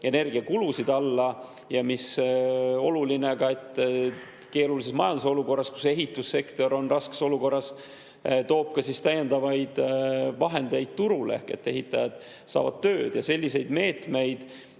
energiakulusid alla. Ja mis oluline, keerulises majandusolukorras, kus ehitussektor on raskes [seisus], toob see täiendavaid vahendeid turule ehk ehitajad saavad tööd. Ja selliseid meetmeid